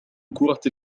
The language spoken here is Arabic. كرة